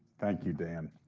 thank you, dan.